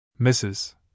Mrs